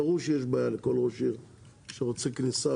ברור שיש בעיה לכל ראש עיר שרוצה כניסה,